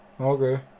okay